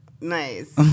Nice